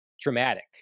traumatic